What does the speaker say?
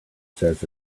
says